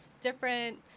different